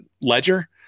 ledger